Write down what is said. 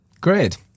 Great